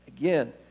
Again